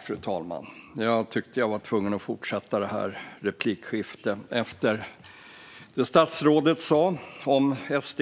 Fru talman! Jag kände mig tvungen att begära replik efter det statsrådet sa om SD.